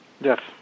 yes